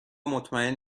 مطمئن